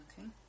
Okay